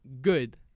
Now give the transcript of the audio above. good